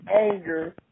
Anger